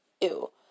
ew